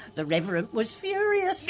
the reverend was furious!